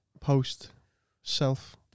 Post-self